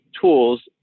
tools